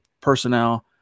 personnel